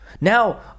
Now